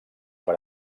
per